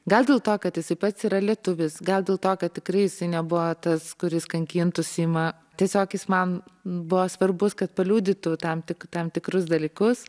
gal dėl to kad jisai pats yra lietuvis gal dėl to kad tikrai nebuvo tas kuris kankintų simą tiesiog jis man buvo svarbus kad paliudytų tam tik tam tikrus dalykus